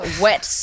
wet